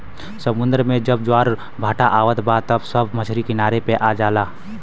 समुंदर में जब ज्वार भाटा आवत बा त सब मछरी किनारे पे आ जाला